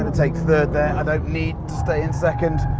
and take third there. i don't need to stay in second.